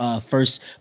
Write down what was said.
first